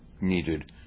needed